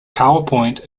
powerpoint